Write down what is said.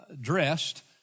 dressed